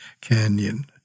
canyon